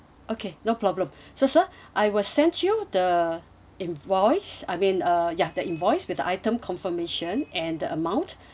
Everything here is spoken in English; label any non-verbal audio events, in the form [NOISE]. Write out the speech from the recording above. okay no problem [BREATH] so sir [BREATH] I will send you the invoice I mean uh ya the invoice with the item confirmation and the amount